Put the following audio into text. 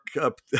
up